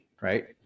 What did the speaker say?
right